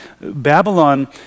Babylon